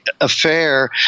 affair